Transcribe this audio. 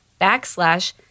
backslash